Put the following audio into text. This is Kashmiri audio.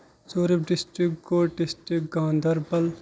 ژوٗرِم ڈِسٹرک گوٚو ڈِسٹرک گنٛدربل